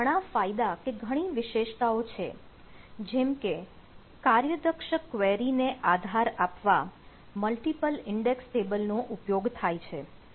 અહીં ઘણા ફાયદા કે ઘણી વિશેષતાઓ છે જેમકે કાર્યદક્ષ ક્વેરી ને આધાર આપવા મલ્ટીપલ ઇન્ડેક્ષ ટેબલનો ઉપયોગ થાય છે